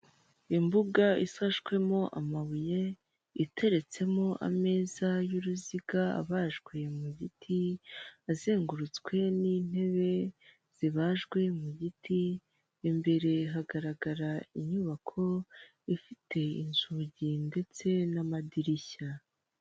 Imbuga isashwemo amabuye iteretsemo ameza y'uruziga abajwe mu giti azengurutswe n'intebe zibajwe mu giti, imbere hagaragara inyubako ifite inzugi ndetse n'amadirishya.